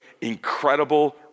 incredible